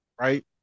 right